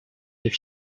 des